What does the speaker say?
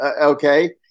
Okay